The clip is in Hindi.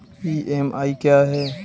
ई.एम.आई क्या है?